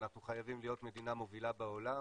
אנחנו חייבים להיות מדינה מובילה בעולם,